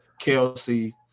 Kelsey